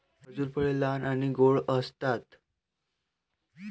खजूर फळे लहान आणि गोड असतात